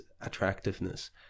attractiveness